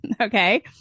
Okay